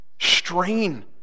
strain